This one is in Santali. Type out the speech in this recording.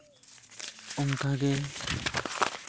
ᱚᱱᱠᱟᱜᱮ